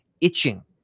itching